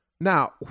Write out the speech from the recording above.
Now